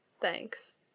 Thanks